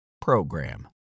program